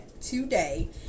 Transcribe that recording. today